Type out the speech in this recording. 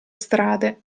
strade